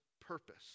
purpose